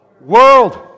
world